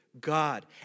God